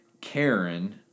Karen